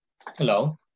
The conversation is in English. Hello